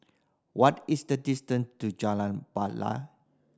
what is the distance to Jalan Batai